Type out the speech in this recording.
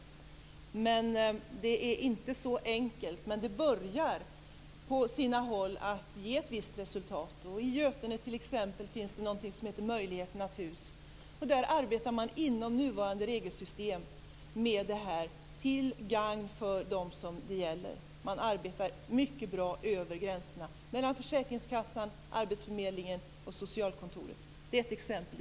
Det är inte så enkelt. Men det börjar på sina håll att ge ett visst resultat. I t.ex. Götene finns något som heter Möjligheternas hus. Där arbetar man inom nuvarande regelsystem till gagn för dem det gäller. Man arbetar mycket bra över gränserna - mellan försäkringskassan, arbetsförmedlingen och socialkontoret. Det finns fler exempel.